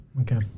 Okay